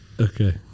Okay